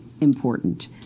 important